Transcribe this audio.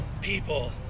people